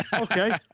Okay